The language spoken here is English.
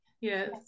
yes